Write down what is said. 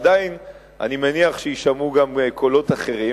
עדיין אני מניח שיישמעו גם קולות אחרים,